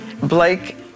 Blake